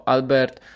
Albert